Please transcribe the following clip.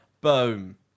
Boom